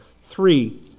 three